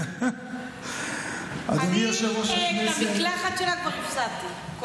אני את המקלחת שלה כבר הפסדתי.